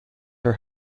her